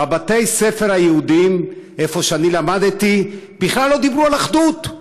בבתי-הספר היהודיים שבהם למדתי בכלל לא דיברו על אחדות,